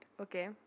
okay